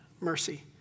mercy